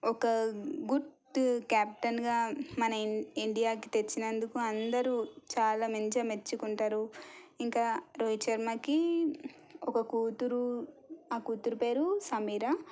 ఒక గుర్తు క్యాప్టెన్గా మన ఇం ఇండియాకి తెచ్చినందుకు అందరు చాలా మంచిగా మెచ్చుకుంటారు ఇంకా రోహిత్ శర్మకి ఒక కూతురు ఆ కూతురు పేరు సమీర